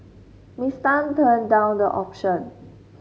Miss Tan turned down the option